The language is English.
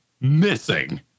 missing